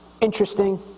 interesting